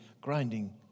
grinding